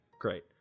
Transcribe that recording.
great